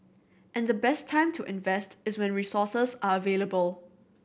and the best time to invest is when resources are available